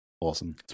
Awesome